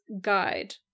guide